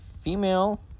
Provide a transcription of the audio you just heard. female